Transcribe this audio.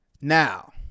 Now